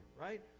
right